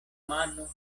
mano